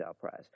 prize